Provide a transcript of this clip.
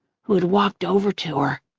who had walked over to her.